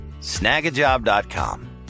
Snagajob.com